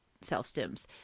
self-stims